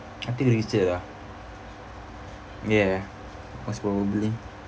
I think richer lah ya most probably